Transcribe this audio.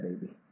baby